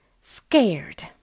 scared